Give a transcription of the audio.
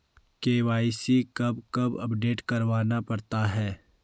KYC कब कब update करवाना पड़ता है?